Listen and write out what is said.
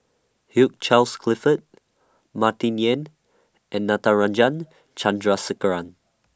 Hugh Charles Clifford Martin Yan and Natarajan Chandrasekaran